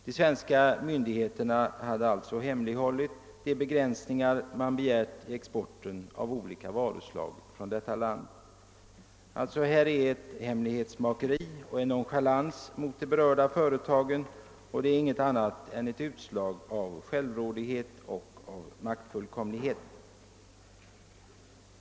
De svenska myndigheterna hade alltså hemlighållit de begränsningar man begärt i exporten av olika varuslag från Portugal. Detta hemlighetsmakeri och denna nonchalans mot de berörda företagen är inget annat än utslag av självrådighet och av maktfullkomlighet.